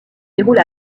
déroule